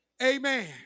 Amen